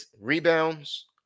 rebounds